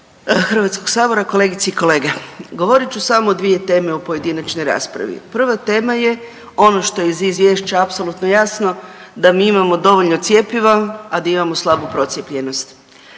Hrvatskoga sabora. Kolegice i kolege. Govorit ću samo o dvije teme u pojedinačnoj raspravi. Prva tema je ono što je iz Izvješća apsolutno jasno da mi imamo dovoljno cjepiva, a da imamo slabu procijepljenost.